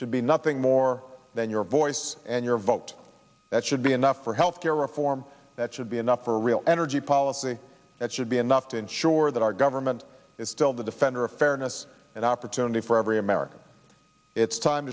should be nothing more than your voice and your vote that should be enough for health care reform that should be enough for real energy policy that should be enough to ensure that our government is still defender of fairness and opportunity for every american it's time